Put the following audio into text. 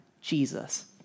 Jesus